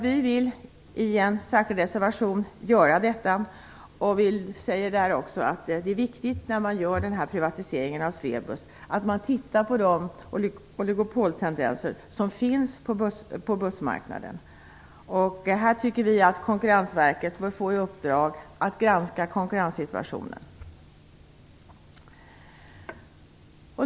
Vi säger i en särskild reservation att vi vill genomföra detta och att det vid en privatisering av Swebus är viktigt att man tittar på de oligopoltendenser som finns på bussmarknaden. Vi tycker att Konkurrensverket bör få i uppdrag att granska konkurrenssituationen.